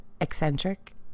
eccentric